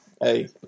Hey